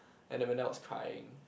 and Amanda was crying